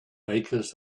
bakers